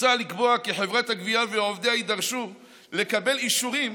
מוצע לקבוע כי חברת הגבייה ועובדיה יידרשו לקבל אישורים